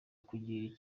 kugirira